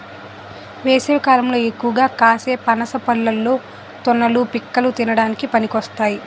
వేసవికాలంలో ఎక్కువగా కాసే పనస పళ్ళలో తొనలు, పిక్కలు తినడానికి పనికొస్తాయి